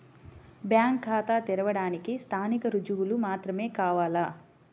Bank ఖాతా తెరవడానికి స్థానిక రుజువులు మాత్రమే కావాలా?